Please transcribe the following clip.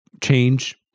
change